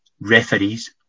referees